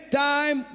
time